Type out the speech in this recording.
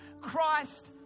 Christ